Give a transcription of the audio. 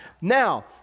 Now